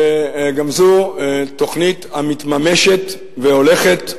וגם זו תוכנית המתממשת והולכת,